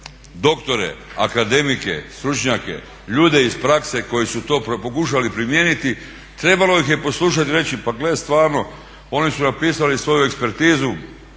doktore, akademike, stručnjake, ljude iz prakse koji su to pokušali primijeniti trebalo ih je poslušati i reći pa gle stvarno, oni su napisali svoju ekspertizu.